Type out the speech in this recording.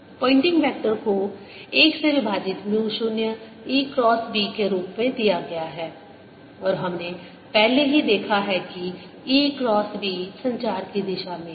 Poynting vector को एक से विभाजित म्यू 0 e क्रॉस b के रूप में दिया गया है और हमने पहले ही देखा है कि e क्रॉस b संचार की दिशा में है